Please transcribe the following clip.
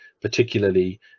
particularly